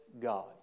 God